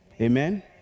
Amen